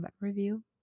review